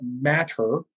matter